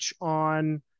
on